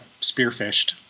spearfished